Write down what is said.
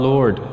Lord